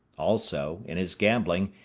also, in his gambling,